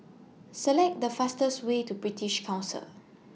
Select The fastest Way to British Council